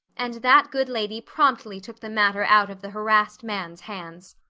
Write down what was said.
and that good lady promptly took the matter out of the harassed man's hands.